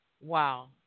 wow